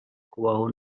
kubaho